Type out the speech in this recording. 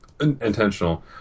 intentional